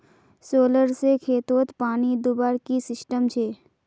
Solar से खेतोत पानी दुबार की सिस्टम छे?